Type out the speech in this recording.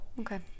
Okay